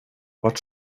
vart